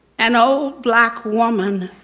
an old black woman,